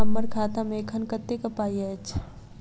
हम्मर खाता मे एखन कतेक पाई अछि?